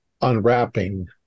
unwrapping